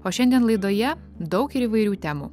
o šiandien laidoje daug ir įvairių temų